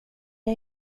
jag